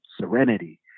serenity